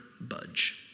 budge